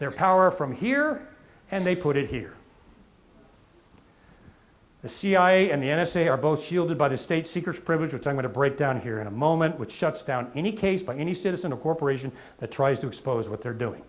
their power from here and they put it here the cia and the n s a are both shielded by the state secrets privilege which i'm going to break down here in a moment which shuts down any case by any citizen of corporation that tries to expose what they're doing